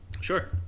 Sure